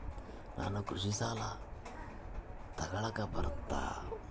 ನಾನು ಕೃಷಿ ಸಾಲ ತಗಳಕ ಬರುತ್ತಾ?